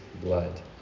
blood